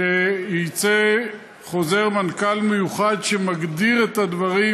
שיצא חוזר מנכ"ל מיוחד שמגדיר את הדברים